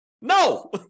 No